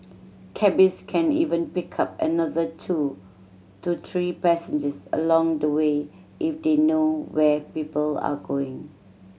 cabbies can even pick up another two to three passengers along the way if they know where people are going